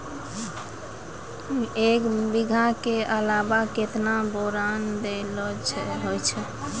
एक बीघा के अलावा केतना बोरान देलो हो जाए?